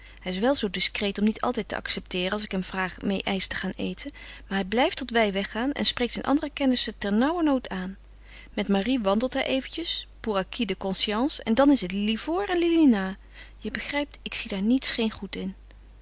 hij is wel zoo discreet om niet altijd te accepteeren als ik hem vraag meê ijs te gaan eten maar hij blijft tot wij weg gaan en spreekt zijn andere kennissen ternauwernood aan met marie wandelt hij eventjes pour acquit de conscience en dan is het lili voor en lili na je begrijpt ik zie daar niets geen goed in